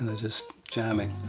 ah just jamming.